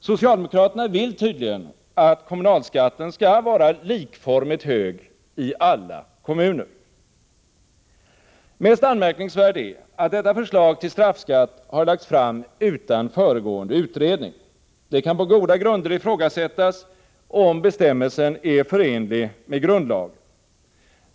Socialdemokraterna vill tydligen att kommunalskatten skall vara likformigt hög i alla kommuner. Mest anmärkningsvärt är att detta förslag till straffskatt har lagts fram utan föregående utredning. Det kan på goda grunder ifrågasättas om bestämmelsen är förenlig med grundlagen.